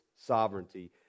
sovereignty